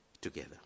together